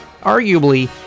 Arguably